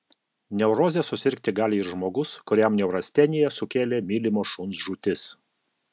neuroze susirgti gali ir žmogus kuriam neurasteniją sukėlė mylimo šuns žūtis